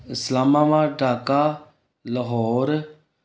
Islamabad Dhaka Lahore